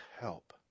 help